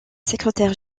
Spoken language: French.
secrétaire